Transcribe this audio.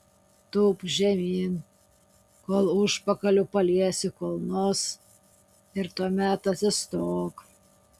tūpk žemyn kol užpakaliu paliesi kulnus ir tuomet atsistok